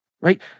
right